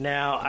Now